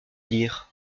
dire